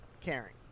caring